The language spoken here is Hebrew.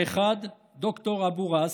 האחד, ד"ר אבו ראס,